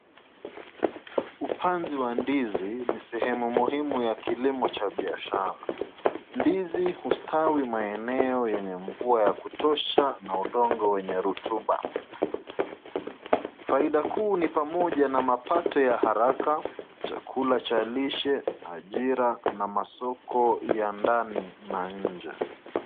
Upanzi wa ndizi ni sehemu muhimu ya kilimo cha biashara. Ndizi hustawi maeneo yenye mvua wa kutosha na udongo wenye rutuba. Faida kuu ni pamoja na mapato ya haraka, chakula cha lishe, ajira na masoko ya ndani na nje.